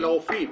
של הרופאים.